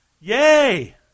Yay